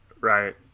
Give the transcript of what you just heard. Right